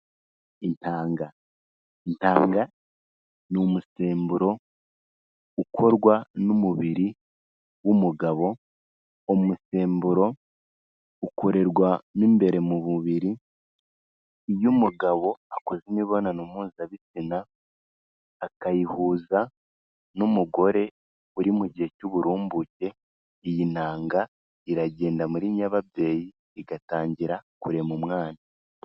Intanga. Intanga ni umusemburo ukorwa n'umubiri w'umugabo, umusemburo ukorerwamo mo imbere mu mubiri, iyo umugabo akoze imibonano mpuzabitsina, akayihuza n'umugore uri mu gihe cy'uburumbuke, iyi ntanga iragenda muri nyababyeyi, igatangira kurema umwana.